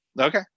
Okay